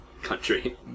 country